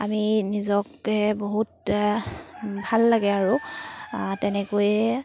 আমি নিজকে বহুতে ভাল লাগে আৰু তেনেকৈয়ে